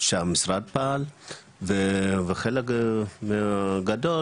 שהמשרד פעל וחלק גדול,